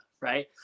right